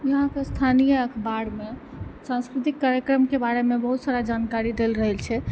यहाँके स्थानीय अखबार मे संस्कृतिक कार्यक्रमके बारे मे बहुत सारा जानकारी देल रहै छै